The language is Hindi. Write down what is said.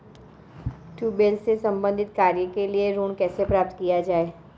ट्यूबेल से संबंधित कार्य के लिए ऋण कैसे प्राप्त किया जाए?